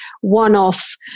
one-off